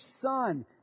Son